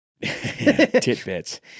tidbits